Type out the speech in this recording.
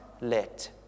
let